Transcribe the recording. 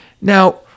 Now